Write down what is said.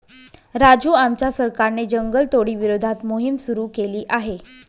राजू आमच्या सरकारने जंगलतोडी विरोधात मोहिम सुरू केली आहे